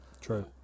true